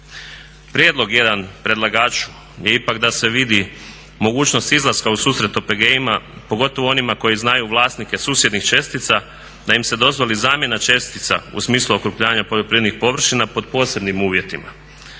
Prijedlog jedan predlagaču je ipak da se vidi mogućnost izlaska u susret OPG-ima pogotovo onima koji znaju vlasnike susjednih čestica da im se dozvoli zamjena čestica u smislu okrupnjavanja poljoprivrednih površina pod posebnim uvjetima.